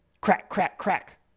crack-crack-crack